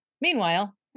Meanwhile